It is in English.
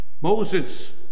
Moses